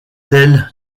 telles